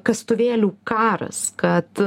kastuvėlių karas kad